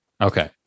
Okay